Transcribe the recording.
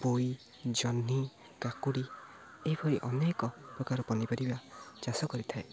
ପୋଇ ଜହ୍ନି କାକୁଡ଼ି ଏହିପରି ଅନେକ ପ୍ରକାର ପନିପରିବା ଚାଷ କରିଥାଏ